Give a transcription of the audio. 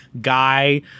guy